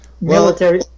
military